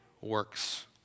works